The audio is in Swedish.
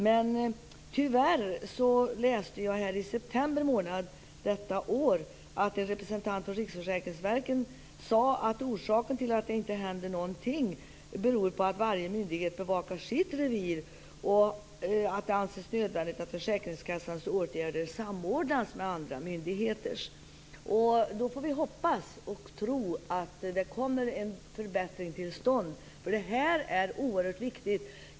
Jag har dock i september i år läst att en representant för Riksförsäkringsverket sagt att orsaken till att det inte händer någonting är att varje myndighet bevakar sitt revir. Det anses nödvändigt att försäkringskassans åtgärder samordnas med andra myndigheters. Vi får hoppas och tro att en förbättring kommer till stånd. Detta är oerhört viktigt.